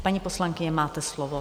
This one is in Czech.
Paní poslankyně, máte slovo.